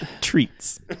treats